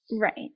Right